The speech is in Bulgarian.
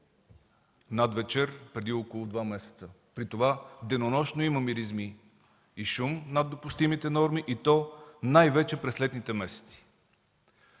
надвечер, преди около два месеца. При това денонощно има миризми и шум над допустимите норми, най-вече през летните месеци.